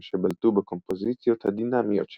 שבלטו בקומפוזיציות הדינאמיות שלהם,